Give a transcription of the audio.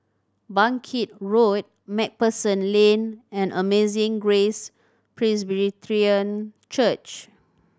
Bangkit Road Macpherson Lane and Amazing Grace Presbyterian Church